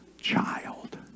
child